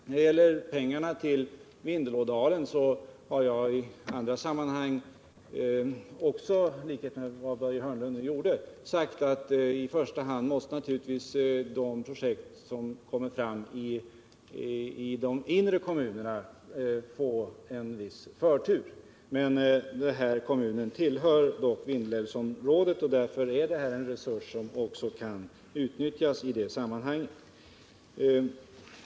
När det gäller pengarna till Vindelådalen har jag i andra sammanhang, i likhet med vad Börje Hörnlund gjorde, också sagt att i första hand måste naturligtvis de projekt som kommer fram i de inre kommunerna få en viss förtur. Men den här kommunen tillhör dock Vindelälvsområdet, och därför är det här en resurs som också kan utnyttjas i sammanhanget.